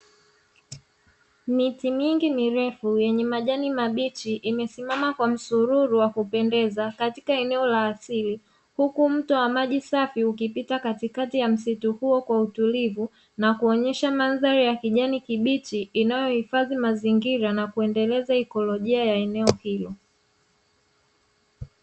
Miti mingi mirefu yenye majani mabichi, imesimama kwa msururu wa kupendeza katika eneo la asili. Huku mto wa maji safi ukipita katikati ya msitu huo kwa utulivu. Na kuonesha mandhari ya kijani kibichi inayohifadhi mazingira, na kuendeleza ikolojia ya eneo hilo.